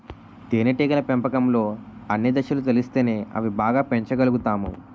తేనేటీగల పెంపకంలో అన్ని దశలు తెలిస్తేనే అవి బాగా పెంచగలుతాము